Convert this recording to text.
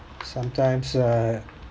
sometimes uh